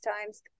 times